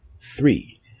three